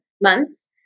months